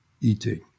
eating